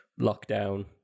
lockdown